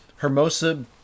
Hermosa